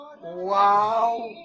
Wow